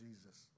Jesus